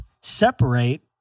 separate